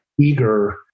eager